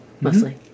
mostly